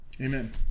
Amen